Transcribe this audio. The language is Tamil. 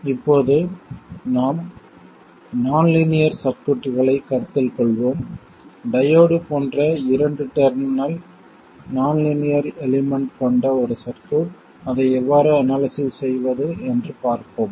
இப்போது நாம் நான் லீனியர் சர்க்யூட்களைக் கருத்தில் கொள்வோம் டையோடு போன்ற இரண்டு டெர்மினல் நான் லீனியர் எலிமெண்ட் கொண்ட ஒரு சர்க்யூட் அதை எவ்வாறு அனாலிசிஸ் செய்வது என்று பார்ப்போம்